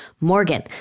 Morgan